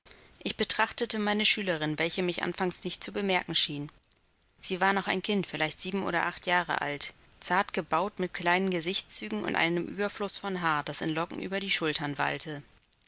ich betrachtete meine schülerin welche mich anfangs nicht zu bemerken schien sie war noch ein kind vielleicht sieben oder acht jahre alt zart gebaut blaß mit kleinen gesichtszügen und einem überfluß von haar das in locken über die schultern wallte